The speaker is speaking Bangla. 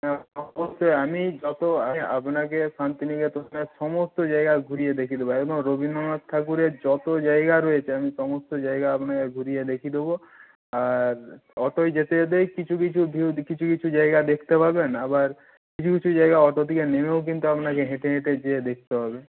হ্যাঁ অবশ্যই আমি যত আমি আপনাকে শান্তিনিকেতনের সমস্ত জায়গা ঘুরিয়ে দেখিয়ে দেবো একদম রবীন্দ্রনাথ ঠাকুরের যত জায়গা রয়েছে আমি সমস্ত জায়গা আপনাকে ঘুরিয়ে দেখিয়ে দেবো আর অটোয় যেতে যেতেই কিছু কিছু ভিউ কিছু কিছু জায়গা দেখতে পাবেন আবার কিছু কিছু জায়গা অটো থেকে নেমেও কিন্তু আপনাকে হেঁটে হেঁটে গিয়ে দেখতে হবে